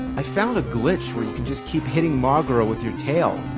i found a glitch where you can just keep hitting moguera with your tail.